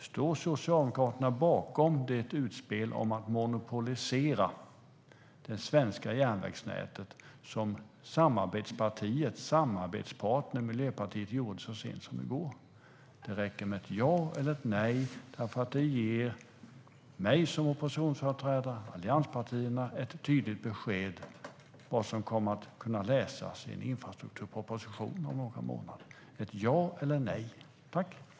Står Socialdemokraterna bakom det utspel om att monopolisera det svenska järnvägsnätet som samarbetspartiet och samarbetspartnern Miljöpartiet gjorde så sent som i går? Det räcker med ett ja eller ett nej, för det ger mig som oppositionsföreträdare och allianspartierna ett tydligt besked om vad som kommer att kunna läsas i en infrastrukturproposition om några månader. Ett ja eller ett nej - tack!